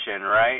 right